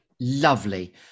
Lovely